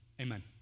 amen